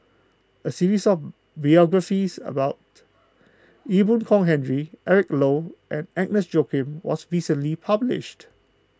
a series of biographies about Ee Boon Kong Henry Eric Low and Agnes Joaquim was recently published